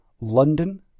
London